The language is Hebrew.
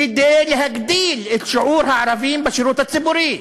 כדי להגדיל את שיעור הערבים בשירות הציבורי,